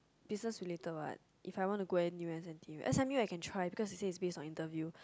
business related part but if I want to anywhere n_t_u s_m_u because is say it based on interview